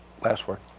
last word.